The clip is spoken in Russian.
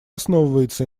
основывается